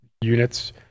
units